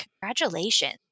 Congratulations